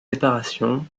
séparation